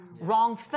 wrong